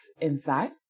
inside